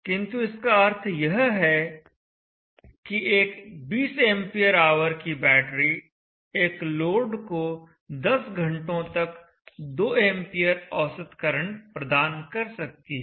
किंतु इसका अर्थ यह है कि एक 20 एंपियर ऑवर की बैटरी एक लोड को 10 घंटों तक 2 एंपियर औसत करंट प्रदान कर सकती है